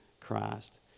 Christ